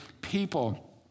people